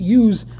use